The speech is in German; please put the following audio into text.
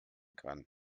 kann